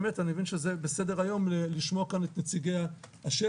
אני מבין שזה בסדר היום לשמוע כאן את נציגי השטח,